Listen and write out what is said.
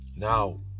Now